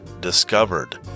discovered